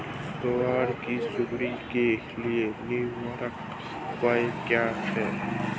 ग्वार की सुंडी के लिए निवारक उपाय क्या है?